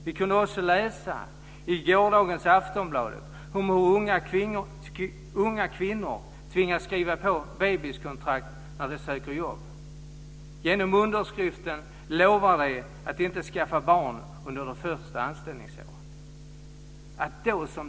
Vi kunde också läsa i gårdagens Aftonbladet om hur unga kvinnor tvingas skriva på bebiskontrakt när de söker jobb. Genom underskriften lovar de att inte skaffa barn under de första anställningsåren.